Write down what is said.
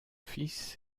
fils